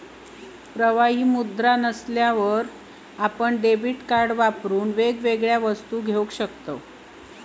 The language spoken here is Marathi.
प्रवाही मुद्रा नसल्यार आपण डेबीट कार्ड वापरान वेगवेगळ्या वस्तू घेऊ शकताव